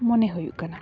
ᱢᱚᱱᱮ ᱦᱩᱭᱩᱜ ᱠᱟᱱᱟ